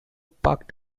park